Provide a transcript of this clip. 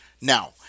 Now